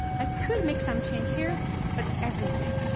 i could make some change here, but everything,